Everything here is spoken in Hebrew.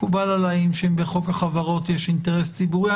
מקובל עליי שאם בחוק החברות יש אינטרס ציבורי-